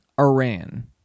Iran